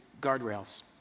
guardrails